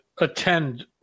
attend